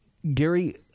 Gary